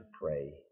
pray